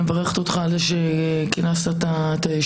אני מברכת אותך על זה שכינסת את הישיבה,